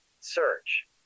Search